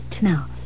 Now